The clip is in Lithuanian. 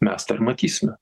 mes tą ir matysime